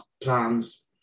plans